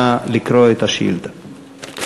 נא לקרוא את השאילתה.